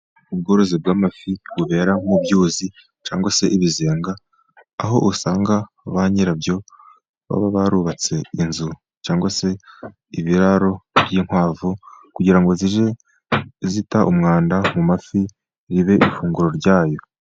Ubworozi bw'amafi bubera mu byuzi cyangwa se ibizenga, aho usanga ba nyirabyo baba barubatse inzu cyangwa se ibiraro by'inkwavu, kugira ngo zijye zita umwanda mu mafi, bibe ifunguro ryayo.